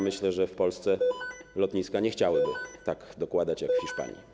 Myślę, że w Polsce lotniska nie chciałyby tak dokładać jak w Hiszpanii.